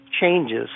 changes